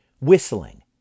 whistling